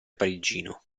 parigino